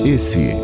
Esse